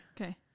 Okay